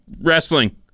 wrestling